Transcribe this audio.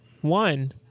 One